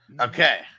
Okay